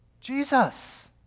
Jesus